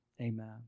Amen